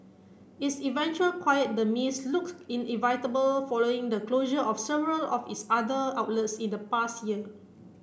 its eventual quiet demise looked inevitable following the closure of several of its other outlets in the past year